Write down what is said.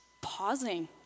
pausing